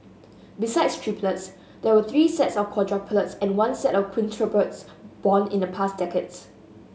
besides triplets there were three sets of quadruplets and one set of quintuplets born in the past decades